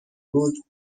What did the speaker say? بود